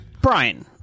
Brian